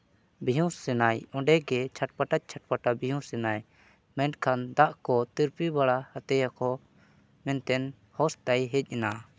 ᱵᱮᱸᱦᱩᱥ ᱮᱱᱟᱭ ᱚᱸᱰᱮ ᱜᱮ ᱪᱷᱟᱴᱼᱯᱟᱴᱟ ᱪᱷᱟᱴᱼᱯᱟᱴᱟ ᱵᱮᱦᱩᱥᱱᱟᱭ ᱢᱮᱱᱠᱷᱟᱱ ᱫᱟᱜ ᱠᱚ ᱛᱤᱨᱯᱤ ᱵᱟᱲᱟ ᱟᱫᱮᱭᱟᱠᱚ ᱢᱮᱱᱛᱟᱭ ᱦᱩᱥ ᱛᱟᱭ ᱦᱮᱡᱱᱟ